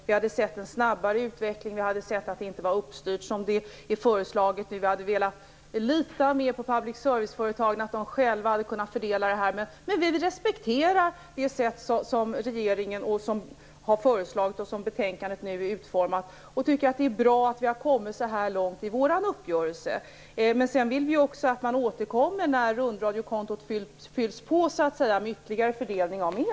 Vi hade sett fram emot en snabbare utveckling och att det inte skulle vara så styrt som i förslaget, och vi hade också velat att public serviceföretagen mera själva hade kunnat fördela det här, men vi vill nu respektera regeringens förslag och utformningen av betänkandet. Det är bra att uppgörelsen har nått så långt, men vi vill att man återkommer när rundradiokontot har fyllts på med ytterligare medel.